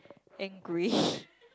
angry